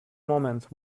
moment